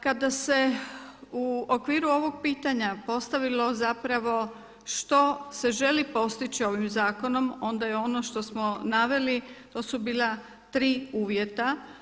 Kada se u okviru ovog pitanja postavilo zapravo što se želi postići ovim zakonom, onda je ono što smo naveli to su bila tri uvjeta.